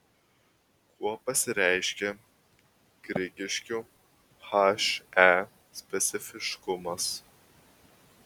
kuo pasireiškia grigiškių he specifiškumas